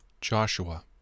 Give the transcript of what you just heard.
Joshua